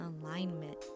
alignment